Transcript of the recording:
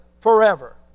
forever